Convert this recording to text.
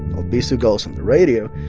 albizu goes on the radio,